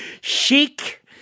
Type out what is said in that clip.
chic